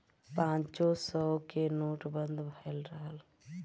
पांचो सौ के नोट बंद भएल रहल